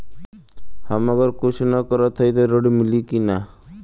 हम अगर कुछ न करत हई त ऋण मिली कि ना?